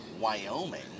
Wyoming